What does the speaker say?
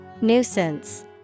Nuisance